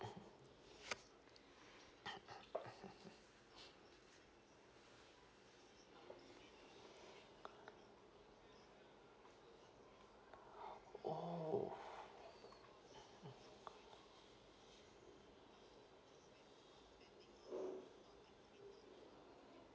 oh